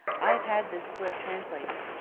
i have had this slip translated.